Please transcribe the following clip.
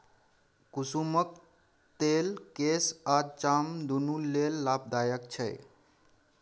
कुसुमक तेल केस आ चाम दुनु लेल लाभदायक छै